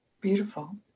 Beautiful